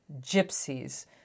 gypsies